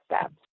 steps